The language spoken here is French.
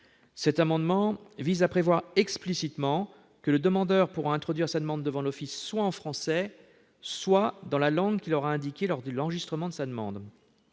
Cet amendement vise à prévoir explicitement que le demandeur pourra introduire sa demande devant l'office soit en français, soit dans la langue qu'il aura indiquée lors de l'enregistrement de sa demande.